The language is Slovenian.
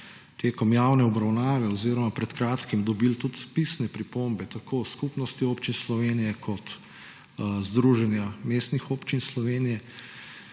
tekom javne obravnave oziroma pred kratkim dobili tudi pisne pripombe tako Skupnosti občin Slovenije kot Združenja mestnih občin Slovenije